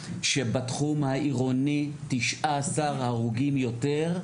שבתחום העירוני 19 הרוגים יותר,